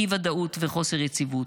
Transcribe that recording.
אי-ודאות וחוסר יציבות.